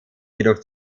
jedoch